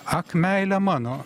ak meile mano